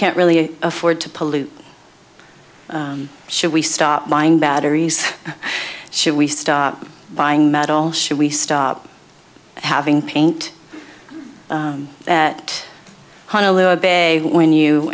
can't really afford to pollute should we stop buying batteries should we start buying metal should we stop having paint that honolulu a bad day when you